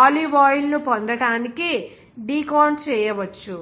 olive oil ను పొందడానికి decant చేయవచ్చు